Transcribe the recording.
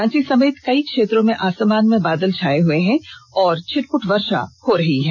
रांची समेत कई क्षेत्रों में आसमान में बादल छाए हुए हैं और छिटपुट वर्षा हो रही है